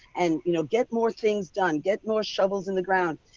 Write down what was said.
and you know get more things done get more shovels in the ground.